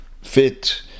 fit